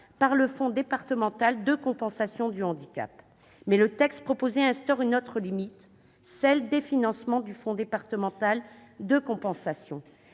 par le Fonds départemental de compensation du handicap. Cependant, le texte proposé instaure une autre limite, à savoir celle des financements du Fonds départemental de compensation.